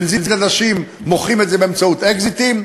בנזיד עדשים מוכרים באמצעות אקזיטים.